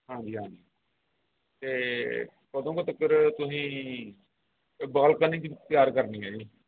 ਹਾਂਜੀ ਹਾਂਜੀ ਅਤੇ ਕਦੋਂ ਕੁ ਤਿਕਰ ਤੁਸੀਂ ਬਾਲਕਨੀ ਤਿਆਰ ਕਰਨੀ ਆ ਜੀ